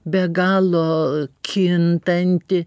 be galo kintanti